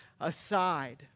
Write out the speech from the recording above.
aside